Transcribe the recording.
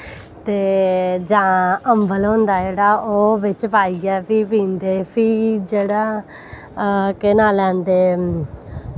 ते जां अम्बल होंदा जेह्ड़ा ओह् बिच्च पाईयै फ्ही पीदें फ्ही जेह्ड़े केह् नांऽ लैंदे